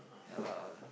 ya lah